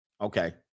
Okay